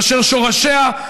אשר שורשיה,